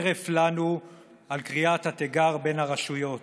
הרף לנו על קריאת התיגר בין הרשויות.